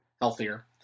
healthier